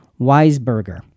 Weisberger